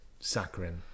Saccharin